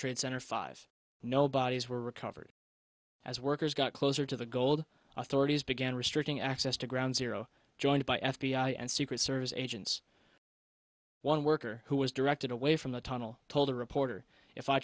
trade center five no bodies were recovered as workers got closer to the gold authorities began restricting access to ground zero joined by f b i and secret service agents one worker who was directed away from the tunnel told a reporter if i